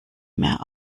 mehr